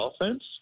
offense